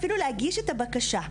אפילו להגיש את הבקשה,